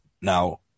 now